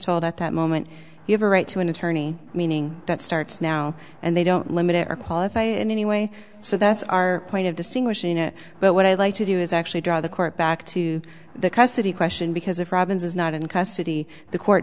told at that moment you have a right to an attorney meaning that starts now and they don't limit it or qualify in any way so that's our point of distinguishing it but what i'd like to do is actually draw the court back to the custody question because if robbins is not in custody the court